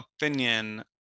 opinion